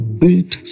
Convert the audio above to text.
built